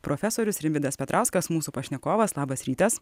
profesorius rimvydas petrauskas mūsų pašnekovas labas rytas